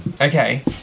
Okay